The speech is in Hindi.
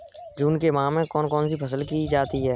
जून के माह में कौन कौन सी फसलें की जाती हैं?